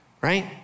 right